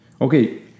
Okay